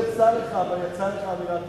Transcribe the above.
יצא לך, אבל יצאה לך מלה טובה.